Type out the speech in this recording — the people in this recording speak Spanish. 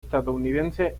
estadounidense